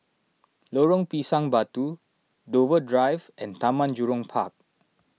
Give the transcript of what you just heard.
Lorong Pisang Batu Dover Drive and Taman Jurong Park